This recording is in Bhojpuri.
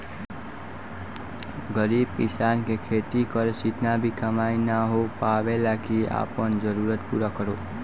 गरीब किसान के खेती करे से इतना भी कमाई ना हो पावेला की आपन जरूरत पूरा करो